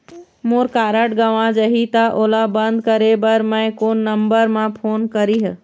मोर card गंवा जाही त ओला बंद करें बर मैं कोन नंबर म फोन करिह?